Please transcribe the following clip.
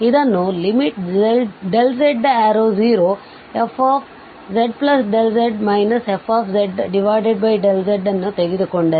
ಇಲ್ಲಿ ನಾವು ಇದನ್ನು z→0fzz fzಅನ್ನು ತೆಗೆದುಕೊಂಡರೆ